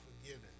forgiven